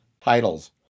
titles